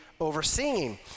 overseeing